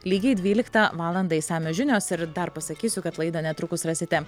lygiai dvyliktą valandą išsamios žinios ir dar pasakysiu kad laidą netrukus rasite